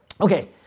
Okay